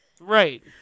right